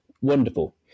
wonderful